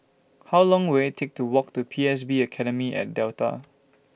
How Long Will IT Take to Walk to P S B Academy At Delta